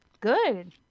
Good